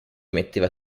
metteva